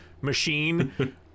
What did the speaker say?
machine